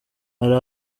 hari